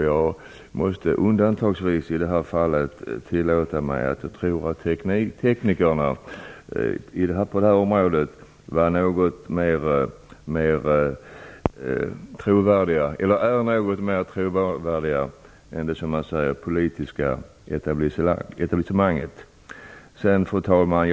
Jag tillåter mig faktiskt att tro att teknikerna på det här området är något mera trovärdiga än det politiska etablissemanget. Fru talman!